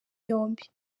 yombi